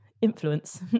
influence